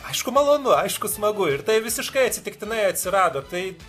aišku malonu aišku smagu ir tai visiškai atsitiktinai atsirado tai